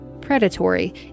predatory